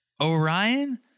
Orion